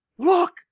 Look